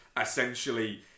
essentially